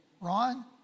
Ron